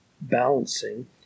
balancing